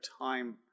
time